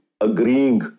agreeing